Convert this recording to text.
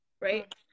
right